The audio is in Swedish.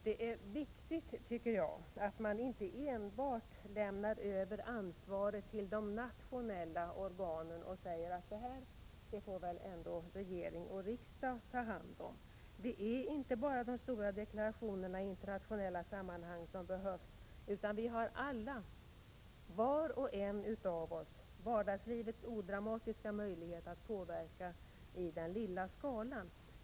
Det är viktigt, tycker jag, att man inte enbart lämnar över ansvaret till de nationella organen genom att säga: Det här får regering och riksdag ta hand om. Det är inte bara stora deklarationer i internationella sammanhang som behövs, utan vi har alla, var och en av oss, vardagslivets odramatiska möjlighet att påverka i den lilla skalan.